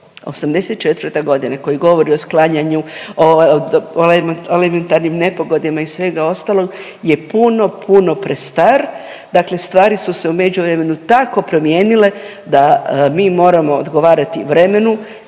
'84. g., koji govori o sklanjanju, o elementarnim nepogodama i svega ostalog je puno, puno prestar. Dakle stvari su se u međuvremenu tako promijenile da mi moramo odgovarati vremenu,